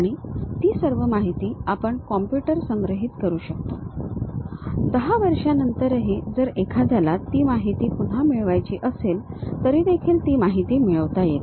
आणि ती सर्व माहिती आपण कॉम्प्युटर संग्रहित करू शकतो 10 वर्षांनंतरही जर एखाद्याला ती माहिती पुन्हा मिळवायची असेल तरीदेखील ती माहिती मिळविता येते